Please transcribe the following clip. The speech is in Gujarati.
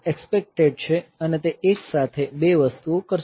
આ એક્ષ્પેક્ટેડ છે અને તે એકસાથે બે વસ્તુઓ કરશે